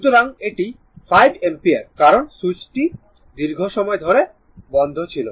সুতরাং এটি 5 অ্যাম্পিয়ার কারণ সুইচটি দীর্ঘ সময় ধরে বন্ধ ছিল